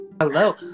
Hello